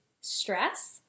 stress